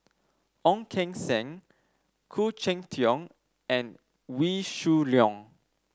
Ong Keng Sen Khoo Cheng Tiong and Wee Shoo Leong